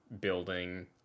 building